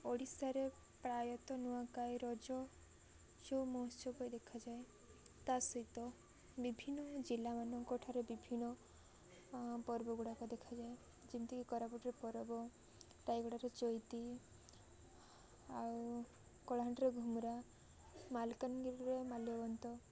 ଓଡ଼ିଶାରେ ପ୍ରାୟତଃ ନୂଆଖାଇ ରଜ ଯେଉଁ ମହୋତ୍ସବ ଦେଖାଯାଏ ତା ସହିତ ବିଭିନ୍ନ ଜିଲ୍ଲାମାନଙ୍କ ଠାରେ ବିଭିନ୍ନ ପର୍ବ ଗୁଡ଼ାକ ଦେଖାଯାଏ ଯେମିତିକି କୋରାପୁଟରେ ପରବ ଟାଇଗଡ଼ାରେ ଚଇତି ଆଉ କଳାହାଣ୍ଡିରେ ଘୁମୁରା ମାଲକାନଗିରିରେ ମାଲ୍ୟବନ୍ତ